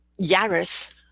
Yaris